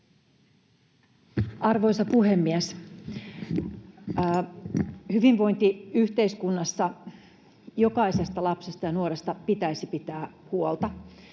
Arvoisa puhemies! Hyvinvointiyhteiskunnassa jokaisesta lapsesta ja nuoresta pitäisi pitää huolta.